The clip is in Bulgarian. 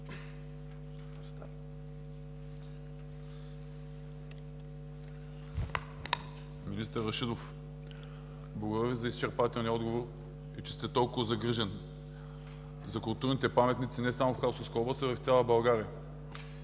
Министър Рашидов, благодаря за изчерпателния отговор и че сте толкова загрижен за културните паметници не само в Хасковска област, а и в цяла България.